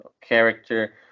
character